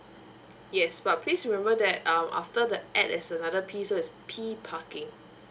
yes but please remember that um after the at there's another p so it's p parking